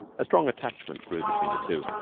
a strong attachment grew between the two,